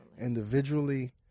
individually